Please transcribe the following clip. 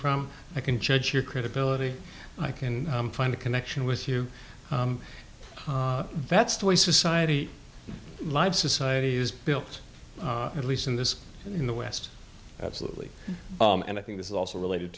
from i can judge your credibility i can find a connection with you that's the way society live societies built at least in this in the west absolutely and i think this is also related